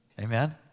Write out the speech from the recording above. Amen